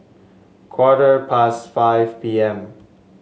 quarter past five P M